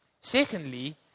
Secondly